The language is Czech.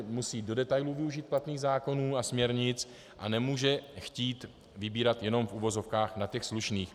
Musí do detailů využít platných zákonů a směrnic a nemůže chtít vybírat jenom v uvozovkách na těch slušných.